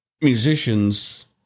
musicians